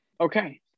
Okay